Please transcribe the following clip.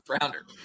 rounder